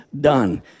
done